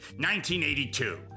1982